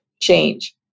change